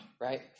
Right